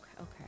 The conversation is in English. Okay